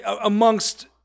amongst